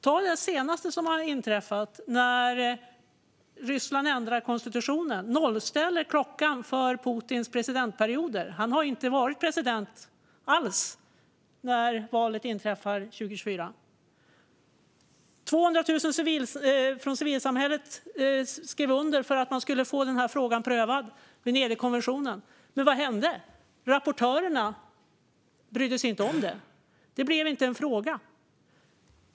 Ta det senaste som inträffade, när Ryssland ändrade konstitutionen och nollställde klockan för Putins presidentperioder. Han har inte varit president alls när valet inträffar 2024. Det var 200 000 från civilsamhället som skrev under för att få frågan prövad i Venedigkommissionen, men vad hände? Rapportörerna brydde sig inte om det; det blev inte en fråga.